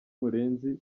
murenzi